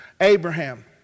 Abraham